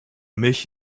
mich